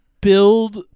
build